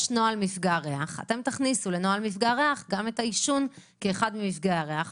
יש נוהל מפגע ריח ואתם תכניסו אליו גם את העישון כאחד ממפגעי הריח,